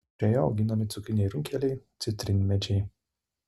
prie jo auginami cukriniai runkeliai citrinmedžiai